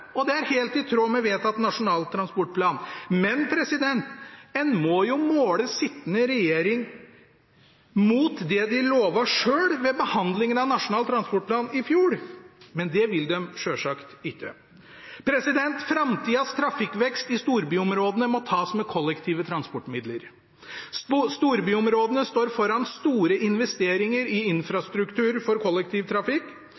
og det er helt i tråd med vedtatt Nasjonal transportplan. Men en må jo måle sittende regjering mot det de lovet selv ved behandlingen av Nasjonal transportplan i fjor. Det vil de selvsagt ikke. Framtidas trafikkvekst i storbyområdene må tas med kollektive transportmidler. Storbyområdene står foran store investeringer i